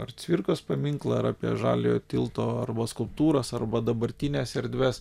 ar cvirkos paminklą ar apie žaliojo tilto arba skulptūras arba dabartines erdves